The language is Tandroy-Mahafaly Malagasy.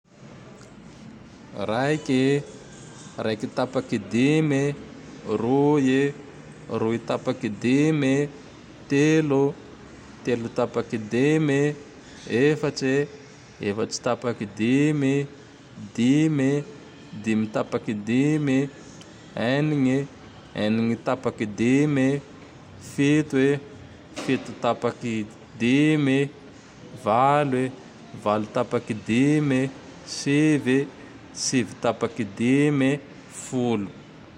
Raiky e, Raiky tapaky dimy, roy e, roe tapaky dimy e, telo ô, telo tapaky dimy e, efatry e, efatry tapaky dimy, dimy, dimy tapaky dimy e, Enigne e, Enigne tapaky dimy e, fito e, Fito tapaky dimy e, valo e, valo tapaky e, sivy e, sivy tapaky dimy e, folo.